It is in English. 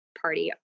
party